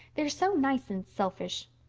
they are so nice and selfish.